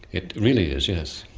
it really is, yes.